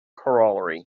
corollary